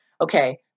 Okay